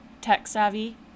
tech-savvy